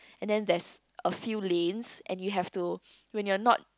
and then there's a few lanes and you have to when you're not